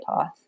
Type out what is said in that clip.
path